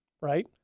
right